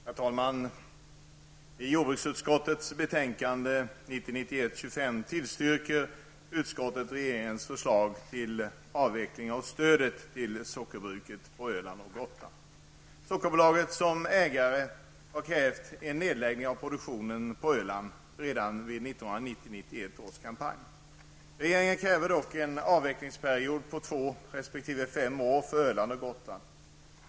Herr talman! I jordbruksutskottets betänkande Sockerbolaget som ägare har krävt nedläggning av produktionen på Öland redan vid 1990/91 års kampanj. Regeringen kräver dock en avvecklingsperiod på två resp. fem år för Öland och Gotland.